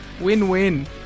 Win-win